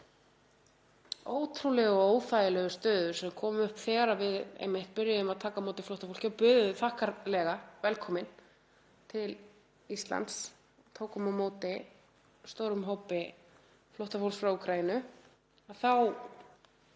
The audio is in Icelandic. ótrúlegu og óþægilegu stöðu sem kom upp þegar við byrjuðum að taka á móti flóttafólki og buðum það þakkarlega velkomið til Íslands, tókum á móti stórum hópi flóttafólks frá Úkraínu.